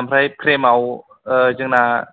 ओमफ्राय फ्रेमाव जोंना